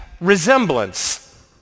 resemblance